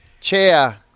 chair